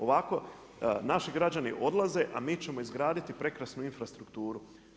Ovako naši građani odlaze a mi ćemo izgraditi prekrasnu infrastrukturu.